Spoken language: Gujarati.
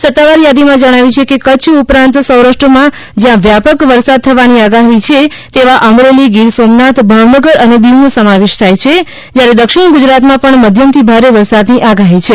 સત્તાવાર યાદીમાં જણાવાયું છે કે કચ્છ ઉપરાંત સૌરાષ્ટ્ર માં જ્યાં વ્યાપક વરસાદ થવાની આગાહી છે તેમાં અમરેલી ગીર સોમનાથ ભાવનગર અને દીવનો સમાવેશ થાય છે જ્યારે દક્ષિણ ગુજરાતમાં પણ મધ્યમથી ભારે વરસાદની આગાહી છે